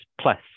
plus